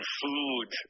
food